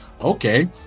okay